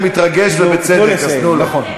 הוא מתרגש, ובצדק, אז תנו לו.